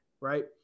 Right